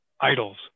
idols